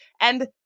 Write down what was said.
And-